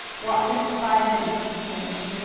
watch him for five minutes, mr. mason,